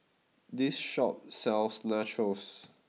this shop sells Nachos